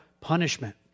punishment